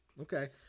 Okay